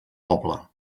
poble